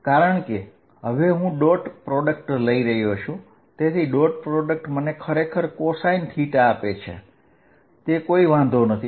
કારણ કે હવે હું ડોટ પ્રોડક્ટ લઈ રહ્યો છું તેથી ડોટ પ્રોડક્ટ મને ખરેખર cos આપે છે તે વાંધો નથી